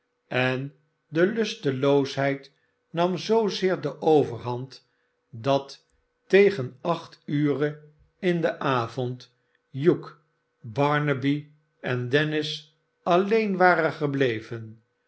en de lusteloosheid nam zoozeer de overhand dat tegen acht ure in den avond hugh barnaby en dennis alleen waren gebleven